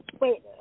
Wait